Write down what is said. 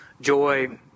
Joy